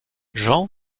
jean